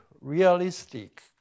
realistic